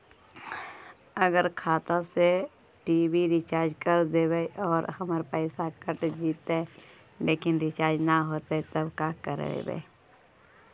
अगर खाता से टी.वी रिचार्ज कर देबै और हमर पैसा कट जितै लेकिन रिचार्ज न होतै तब का करबइ?